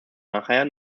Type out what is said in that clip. nachher